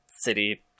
City